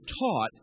taught